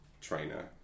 trainer